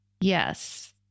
Yes